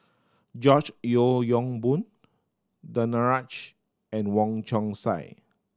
George Yeo Yong Boon Danaraj and Wong Chong Sai